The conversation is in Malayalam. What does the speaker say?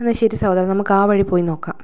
എന്നാ ശരി സഹോദരാ നമുക്ക് ആ വഴി പോയി നോക്കാം